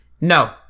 No